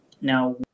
Now